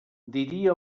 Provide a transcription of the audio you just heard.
diria